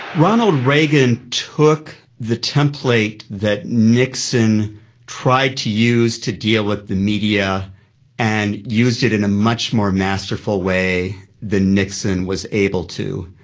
ronald reagan took the template that nixon tried to use to deal with the media and used it in a much more masterful way than nixon was able to.